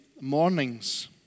mornings